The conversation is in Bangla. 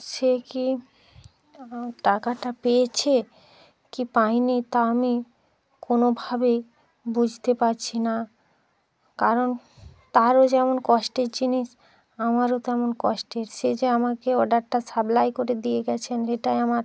সে কি অ্যামাউন্ট টাকাটা পেয়েছে কি পায় নি তা আমি কোনোভাবেই বুঝতে পারছি না কারণ তারও যেমন কষ্টের জিনিস আমারও তেমন কষ্টের সে যে আমাকে অর্ডারটা সাপ্লাই করে দিয়ে গেছেন এটাই আমার